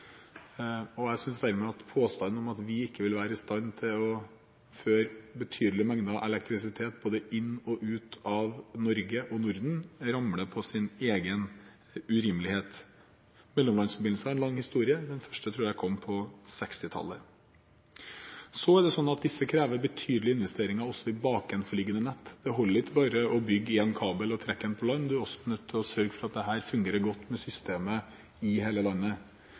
Jeg synes dermed at påstanden om at vi ikke vil være i stand til å føre betydelige mengder av elektrisitet både inn og ut av Norge og Norden, faller på sin egen urimelighet. Mellomlandsforbindelser er en lang historie. Den første tror jeg kom på 1960-tallet. Disse krever betydelige investeringer også i bakenforliggende nett. Det holder ikke bare å bygge en kabel og trekke den på land, man er også nødt til å sørge for at det fungerer godt sammen med systemet i hele landet.